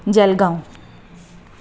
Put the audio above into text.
Jalgaon